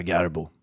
Garbo